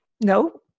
No